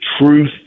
truth